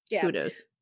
kudos